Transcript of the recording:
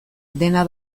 dena